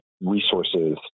resources